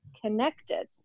connected